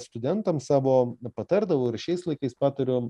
studentam savo patardavau ir šiais laikais patariu